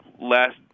last